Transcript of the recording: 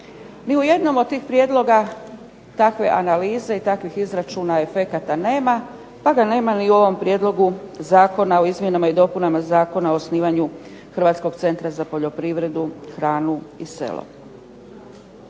Ni u jednom od tih prijedloga takve analize i takvih izračuna efekata nema, pa ga nema ni u ovom prijedlogu Zakona o izmjenama i dopunama Zakona o osnivanju Hrvatskog centra za poljoprivredu, hranu i selo.